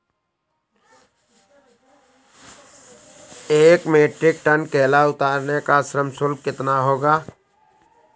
एक metric tonne केला उतारने का श्रम शुल्क कितना होगा?